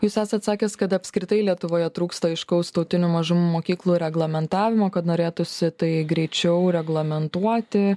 jūs esat sakęs kad apskritai lietuvoje trūksta aiškaus tautinių mažumų mokyklų reglamentavimo kad norėtųsi tai greičiau reglamentuoti